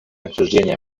обсуждения